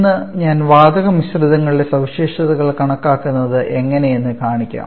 ഇന്ന് ഞാൻ വാതക മിശ്രിതങ്ങളുടെ സവിശേഷതകൾ കണക്കാക്കുന്നത് എങ്ങനെ എന്ന് കാണിക്കാം